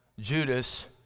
Judas